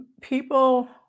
people